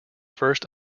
first